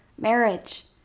marriage